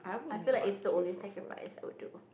I feel like it's the only sacrifice I would do